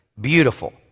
beautiful